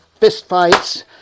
fistfights